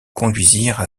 conduisirent